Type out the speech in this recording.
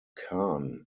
khan